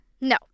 No